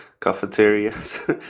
cafeterias